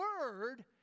word